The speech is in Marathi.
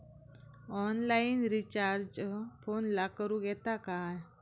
ऑनलाइन रिचार्ज फोनला करूक येता काय?